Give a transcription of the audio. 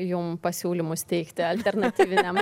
jums pasiūlymus teikti alternatyviniam